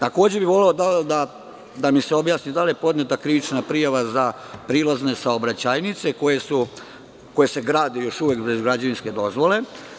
Takođe, voleo bih da mi se objasni da li je podneta krivična prijava za prilazne saobraćajnice koje se grade još uvek bez građevinske dozvole?